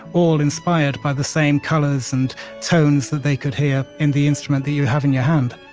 all inspired by the same colors and tones that they could hear in the instrument that you have in your hand